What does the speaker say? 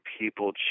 people